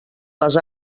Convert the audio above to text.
les